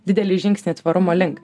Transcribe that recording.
didelį žingsnį tvarumo link